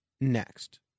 next